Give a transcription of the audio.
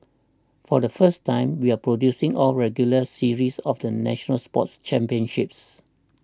for the first time we are producing a regular series often national school sports championships